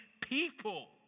people